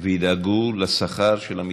וידאגו לשכר של המתמחים,